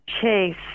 chase